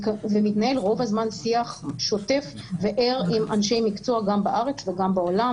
ומתנהל רוב הזמן שיח שוטף וער עם אנשי מקצוע גם בארץ וגם בעולם.